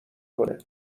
کنه